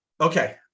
okay